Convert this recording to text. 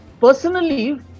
personally